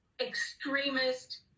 extremist